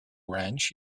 ranch